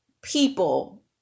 people